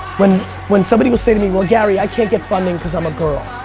when when somebody will say to me, well, gary, i can't get funding because i'm a girl.